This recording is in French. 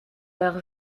leurs